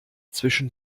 zwischen